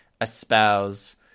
espouse